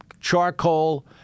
charcoal